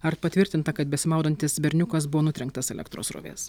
ar patvirtinta kad besimaudantis berniukas buvo nutrenktas elektros srovės